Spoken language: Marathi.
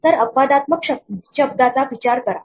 तर अपवादात्मक शब्दाचा विचार करा